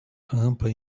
rampa